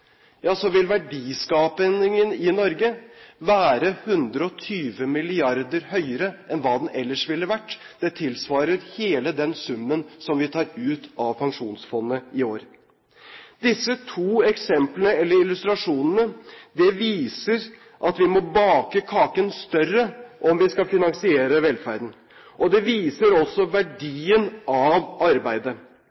vil verdiskapingen i Norge være 120 mrd. kr høyere enn hva den ellers ville vært. Det tilsvarer hele den summen som vi tar ut av Pensjonsfondet i år. Disse to illustrasjonene viser at vi må bake kaken større om vi skal finansiere velferden. Det viser også